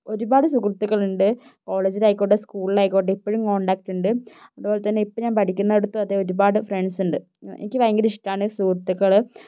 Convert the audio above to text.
ഒരുപാട് സുഹൃത്തുക്കളുണ്ട് കോളേജിൽ ആയിക്കോട്ടെ സ്കൂളിൽ ആയിക്കോട്ടെ ഇപ്പോഴും കോണ്ടാക്ട് ഉണ്ട് അതെപോലെത്തന്നെ ഇപ്പോൾ ഞാൻ പഠിക്കുന്നിടത്തും അതെ ഒരുപാട് ഫ്രണ്ട്സ് ഉണ്ട് എനിക്ക് ഭയങ്കര ഇഷ്ടമാണ് സുഹൃത്തുക്കൾ